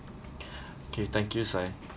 okay thank you Si